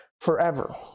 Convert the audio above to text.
forever